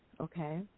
Okay